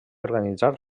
organitzar